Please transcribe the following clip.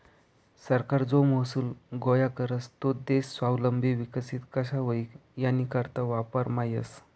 सरकार जो महसूल गोया करस तो देश स्वावलंबी विकसित कशा व्हई यानीकरता वापरमा येस